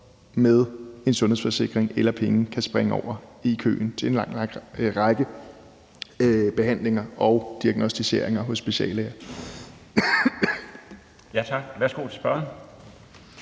med en sundhedsforsikring eller penge kan springe over i køen til en lang række behandlinger og diagnosticeringer hos speciallæger. Kl. 13:10 Den fg.